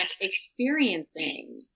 experiencing